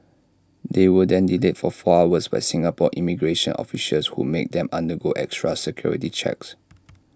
they were then delayed for four hours by Singapore immigration officials who made them undergo extra security checks